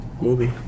Movie